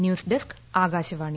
news desk Akashvani